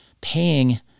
paying